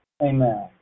Amen